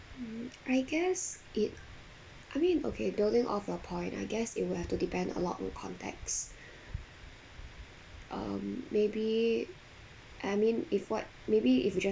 mm I guess it I mean okay building off your point I guess it will have to depend a lot on context um maybe I mean if what maybe if you just